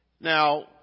Now